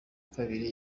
kabiri